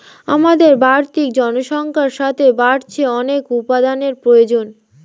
আমাদের বাড়তি জনসংখ্যার সাথে বাড়ছে অনেক উপাদানের প্রয়োজন